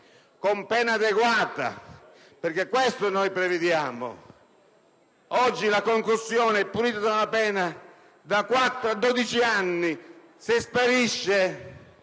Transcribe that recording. con pena adeguata, perché questo noi prevediamo. Oggi la concussione è punita con una pena da 4 a 12 anni; se sparisce